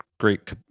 great